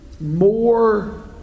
more